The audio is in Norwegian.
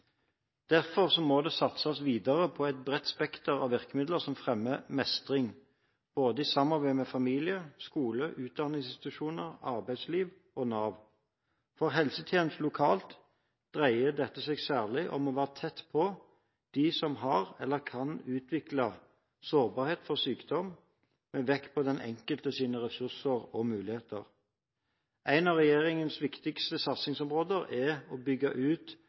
Derfor må det satses videre på et bredt spekter av virkemidler som fremmer mestring, både i samarbeid med familie, skole, utdanningsinstitusjoner, arbeidsliv og Nav. For helsetjenesten lokalt dreier dette seg særlig om å være tett på dem som har, eller som kan utvikle, sårbarhet for sykdom – med vekt på den enkeltes ressurser og muligheter. Et av regjeringens viktigste satsingsområder er å bygge ut